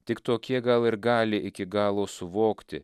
tik tokie gal ir gali iki galo suvokti